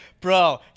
Bro